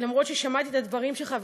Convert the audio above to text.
אומנם שמעתי את הדברים שלך,